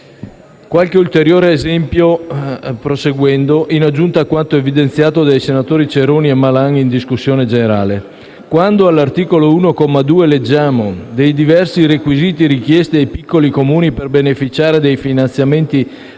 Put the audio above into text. qualche ulteriore esempio, in aggiunta a quanto evidenziato dai senatori Ceroni e Malan in discussione generale. Al comma 2 dell'articolo 1, leggendo i diversi requisiti richiesti ai piccoli Comuni per beneficiare dei finanziamenti